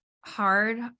hard